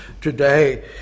today